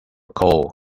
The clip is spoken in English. coal